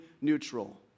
neutral